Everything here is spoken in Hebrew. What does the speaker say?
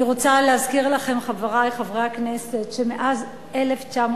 אני רוצה להזכיר לכם, חברי חברי הכנסת, שמאז 1967,